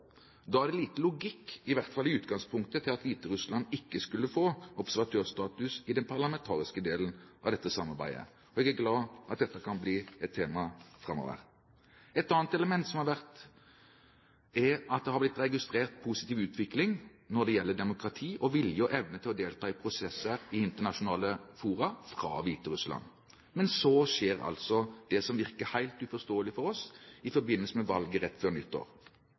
Da er det lite logikk – i hvert fall i utgangspunktet – i at Hviterussland ikke skal få observatørstatus i den parlamentariske delen av dette samarbeidet, og jeg er glad for at dette kan bli et tema framover. Et annet element er at det har vært registrert en positiv utvikling når det gjelder demokrati, vilje og evne til å delta i prosesser i internasjonale fora fra Hviterussland. Så skjer altså det som virker helt uforståelig for oss i forbindelse med valget rett før nyttår.